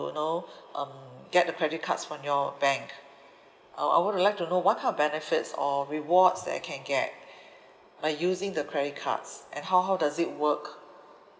you know um get the credit cards from your bank uh I would like to know what kind of benefits or rewards that I can get by using the credit cards and how how does it work